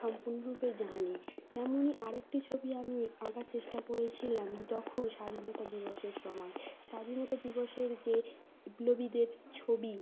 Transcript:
সম্পূর্ণরূপে জানি তেমনই আর একটি ছবি আমি আঁকার চেষ্টা করেছিলাম তখন স্বাধীনতা দিবসের সময় স্বাধীনতা দিবসের যে বিপ্লবীদের ছবি